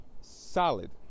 Solid